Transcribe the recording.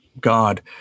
God